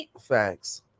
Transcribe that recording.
Thanks